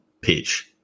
pitch